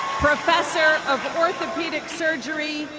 professor of orthopedic surgery,